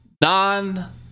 non